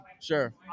Sure